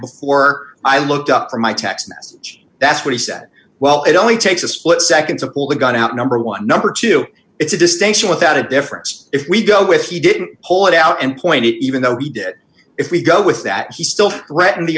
before i looked up for my tax and that's what he said well it only takes a split seconds of the gun out number one number two it's a distinction without a difference if we go with he didn't pull it out and point it even though he did it if we go with that he still threatened the